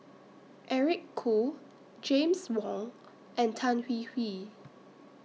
Eric Khoo James Wong and Tan Hwee Hwee